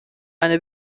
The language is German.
eine